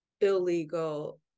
illegal